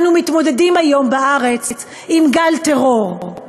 אנו מתמודדים היום בארץ עם גל טרור,